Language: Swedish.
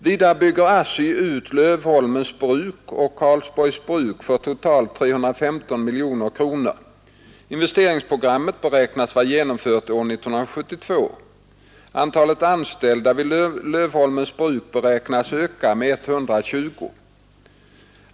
Vidare bygger ASSI ut Lövholmens bruk och Karlsborgs bruk för totalt 315 miljoner kronor. Investeringsprogrammet beräknas vara genomfört år 1972. Antalet anställda vid Lövholmens bruk beräknas öka med 120.